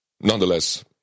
Nonetheless